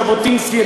את ז'בוטינסקי,